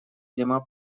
зима